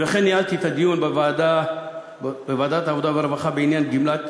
וכן ניהלתי את הדיון בוועדת העבודה והרווחה בעניין גמלת